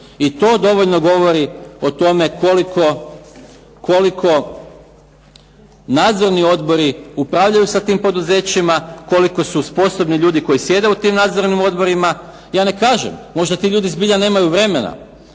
I to dovoljno govori o tome koliko nadzorni odbori upravljaju sa tim poduzećima, koliko su sposobni ljudi koji sjede u tim nadzornim odborima. Ja ne kažem, možda ti ljudi zbilja nemaju vremena